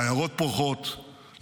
לעיירות פורחות,